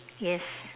yes